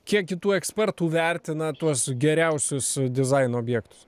kiek kitų ekspertų vertina tuos geriausius dizaino objektus